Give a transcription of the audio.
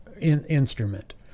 instrument